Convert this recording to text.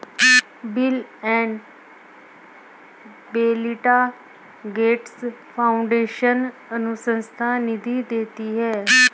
bill and Melinda Gates foundation अनुसंधान निधि देती है